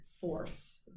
force